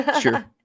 Sure